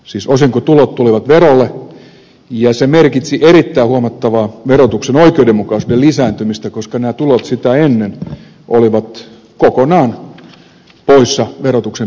siis osinkotulot tulivat verolle ja se merkitsi erittäin huomattavaa verotuksen oikeudenmukaisuuden lisääntymistä koska nämä tulot sitä ennen olivat kokonaan poissa verotuksen piiristä